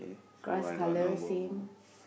so I got no ball